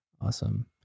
Awesome